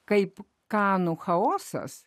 kaip kanų chaosas